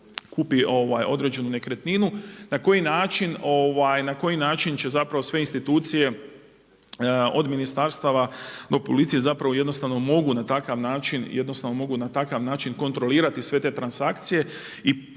osobe određenu nekretninu, na koji način će sve institucije od ministarstava do policije jednostavno mogu na takav način kontrolirati sve te transakcije.